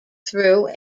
through